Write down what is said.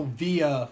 via